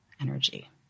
energy